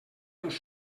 dels